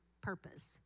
purpose